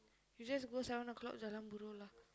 you just go seven o-clock jalan-buroh lah